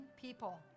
people